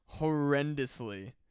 horrendously